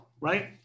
right